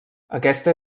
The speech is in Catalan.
aquesta